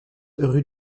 rue